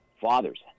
fathers